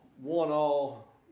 one-all